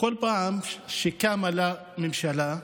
בכל פעם שקמה לה ממשלה,